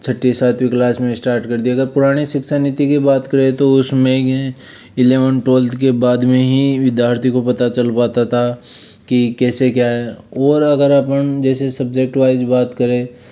छठी सातवीं क्लास में स्टार्ट कर देगा पुराणे शिक्षा नीति की बात करें तो उसमें यह इलेवन ट्वेल्थ के बाद में ही विद्यार्थी को पता चल पाता था कि कैसे क्या है और अगर अपन जैसे सब्जेक्ट वाईज बात करें